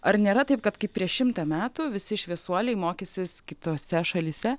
ar nėra taip kad kaip prieš šimtą metų visi šviesuoliai mokysis kitose šalyse